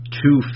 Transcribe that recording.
two